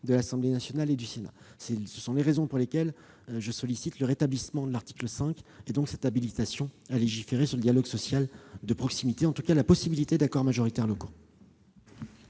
de l'Assemblée nationale et du Sénat. Telles sont les raisons pour lesquelles je sollicite le rétablissement de l'article 5, habilitant à légiférer sur le dialogue social de proximité et la possibilité d'accords majoritaires locaux.